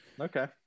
Okay